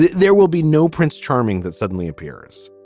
there will be no prince charming that suddenly appears.